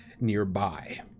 nearby